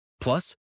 Plus